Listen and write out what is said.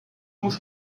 muss